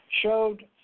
showed